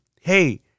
hey